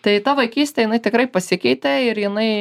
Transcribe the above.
tai ta vaikystė jinai tikrai pasikeitė ir jinai